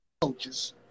coaches